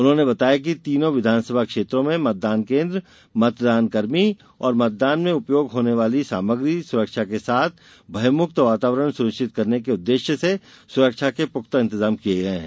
उन्होंने बताया कि तीनों विधानसभा क्षेत्रों में मतदान केन्द्र मतदान कर्मी और मतदान में उपयोग होने वाली सामग्री सुरक्षा के साथ भयमुक्त वातावरण सुनिश्चित करने के उद्देश्य से सुरक्षा के पुख्ता इंतजाम किये है